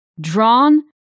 drawn